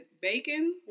bacon